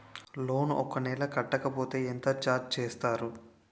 Loan ఒక నెల కట్టకపోతే ఎంత ఛార్జ్ చేస్తారు?